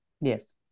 Yes